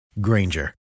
Granger